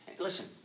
Listen